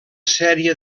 sèrie